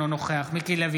אינו נוכח מיקי לוי,